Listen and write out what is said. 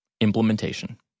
Implementation